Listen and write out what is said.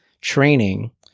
training